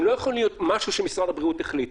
הם לא יכולים להיות משהו שמשרד הבריאות החליט,